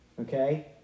okay